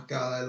God